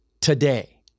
today